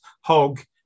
hog